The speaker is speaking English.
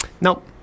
Nope